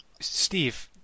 Steve